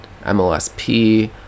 MLSP